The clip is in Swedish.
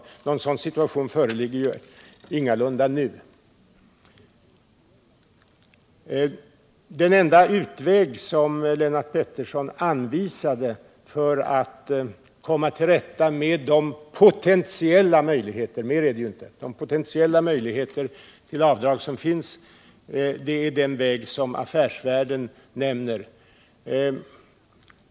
Någon sådan situation föreligger ju ingalunda nu. Den enda utväg som Lennart Pettersson anvisade för att komma till rätta med de potentiella möjligheter — mer är det ju inte — till avdrag som finns är den väg som Affärsvärlden nämner.